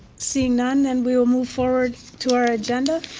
seeing none, then we will move forward to our agenda.